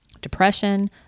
depression